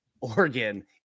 Oregon